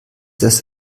das